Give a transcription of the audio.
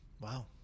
Wow